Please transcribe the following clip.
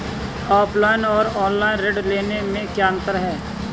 Offline और online ऋण लेने में क्या अंतर है?